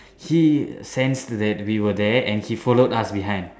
he sense that we were there and he followed us behind